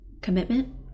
commitment